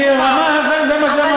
זה מה שאמרתי.